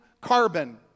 carbon